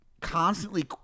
constantly